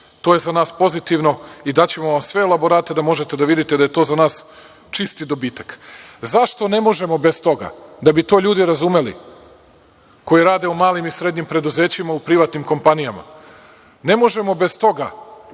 To je za nas pozitivno i daćemo vam sve elaborate da možete da vidite da je to za nas čisti dobitak.Zašto ne možemo bez toga? Da bi to ljudi razumeli, koji rade u malim i srednjim preduzećima, u privatnim kompanijama. Ne možemo bez toga,